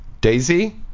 Daisy